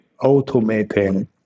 automating